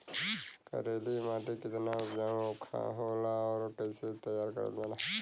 करेली माटी कितना उपजाऊ होला और कैसे तैयार करल जाला?